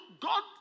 God